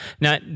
Now